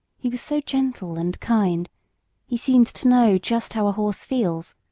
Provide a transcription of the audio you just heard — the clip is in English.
he was so gentle and kind he seemed to know just how a horse feels,